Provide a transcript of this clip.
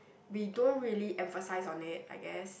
we don't really emphasise on it I guess